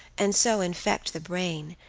and so infect the brain,